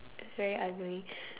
is very ugly